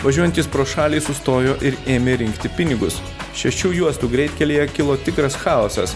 važiuojantys pro šalį sustojo ir ėmė rinkti pinigus šešių juostų greitkelyje kilo tikras chaosas